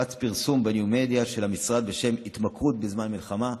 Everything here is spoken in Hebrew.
הופץ פרסום של המשרד בניו מדיה בשם "התמכרות בזמן מלחמה".